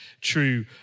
true